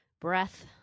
breath